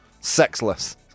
Sexless